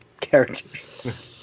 characters